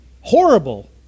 horrible